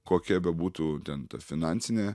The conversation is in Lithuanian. kokia bebūtų ten ta finansinė